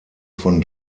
von